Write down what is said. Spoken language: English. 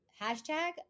Hashtag